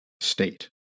state